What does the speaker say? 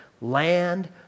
land